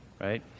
right